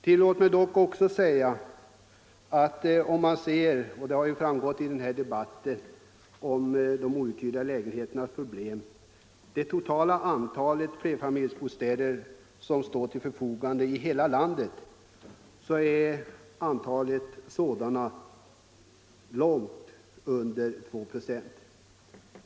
Tillåt mig också säga att om man ser på det totala antalet flerfamiljsbostäder som står till förfogande i hela landet, finner man att andelen outhyrda lägenheter ligger under 2 procent.